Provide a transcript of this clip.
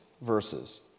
verses